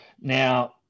Now